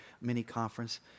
mini-conference